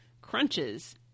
crunches